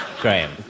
Graham